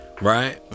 Right